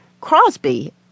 Crosby